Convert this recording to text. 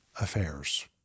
Affairs